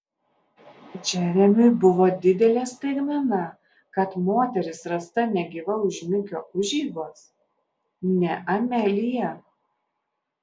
džeremiui buvo didelė staigmena kad moteris rasta negyva už mikio užeigos ne amelija